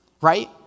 Right